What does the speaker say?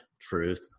truth